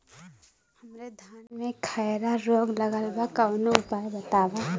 हमरे धान में खैरा रोग लगल बा कवनो उपाय बतावा?